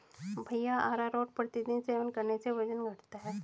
भैया अरारोट प्रतिदिन सेवन करने से वजन घटता है